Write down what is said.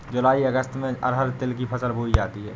जूलाई अगस्त में अरहर तिल की फसल बोई जाती हैं